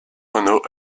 renaud